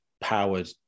powered